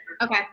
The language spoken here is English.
Okay